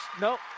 nope